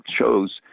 shows